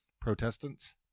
Protestants